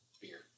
Beer